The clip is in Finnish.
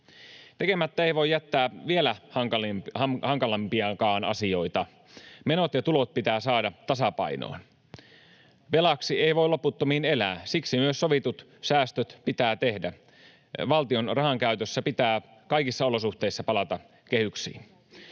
Tekemättä ei voi jättää vielä hankalampiakaan asioita. Menot ja tulot pitää saada tasapainoon. Velaksi ei voi loputtomiin elää. Siksi myös sovitut säästöt pitää tehdä. Valtion rahankäytössä pitää kaikissa olosuhteissa palata kehyksiin.